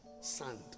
Sand